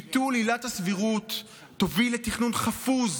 ביטול עילת הסבירות יוביל לתכנון חפוז,